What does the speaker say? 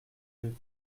yeux